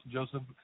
Joseph